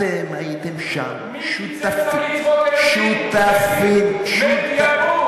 אתם הייתם שם, שותפים, מי קיצץ בקצבאות הילדים?